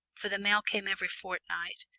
for the mail came every fortnight,